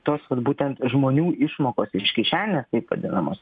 tos vat būtent žmonių išmokos iš kišenės taip vadinamos